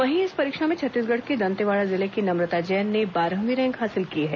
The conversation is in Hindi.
वहीं इस परीक्षा में छत्तीसगढ़ के दंतेवाड़ा जिले की नम्रता जैन ने बारहवीं रैंक हासिल की है